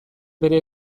bere